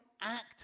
act